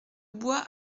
bois